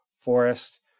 forest